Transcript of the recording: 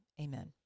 Amen